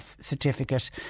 certificate